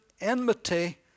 enmity